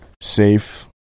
safe